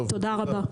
תודה רבה.